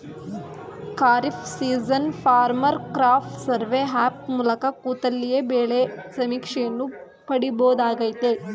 kharif season farmer crop survey app ಮೂಲಕ ಕೂತಲ್ಲಿಯೇ ಬೆಳೆ ಸಮೀಕ್ಷೆಯನ್ನು ಪಡಿಬೋದಾಗಯ್ತೆ